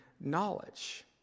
knowledge